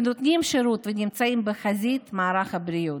שנותנים שירות ונמצאים בחזית מערך הבריאות.